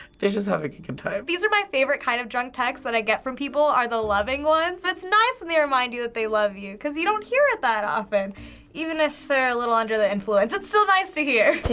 they're just having a good time. these are my favorite kind of drunk texts that i get from people are the loving ones. it's nice that and they remind you that they love you, cause you don't hear it that often even if they're a little under the influence. it's still nice to hear.